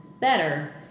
better